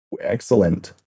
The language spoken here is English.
excellent